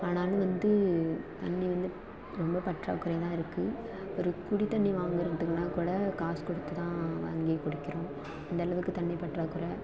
ஆனாலும் வந்து தண்ணி வந்து ரொம்ப பற்றாக்குறை தான் இருக்குது ஒரு குடித்தண்ணி வாங்கிறத்துக்குனாக் கூட காசு கொடுத்து தான் வாங்கி குடிக்கிறோம் அந்தளவுக்கு தண்ணி பற்றாக்குறை